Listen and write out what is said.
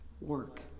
Work